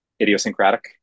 idiosyncratic